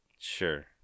Sure